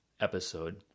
episode